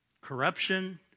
corruption